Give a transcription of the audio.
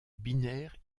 binaire